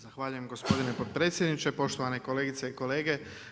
Zahvaljujem gospodine potpredsjedniče, poštovane kolegice i kolege.